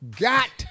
Got